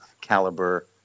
caliber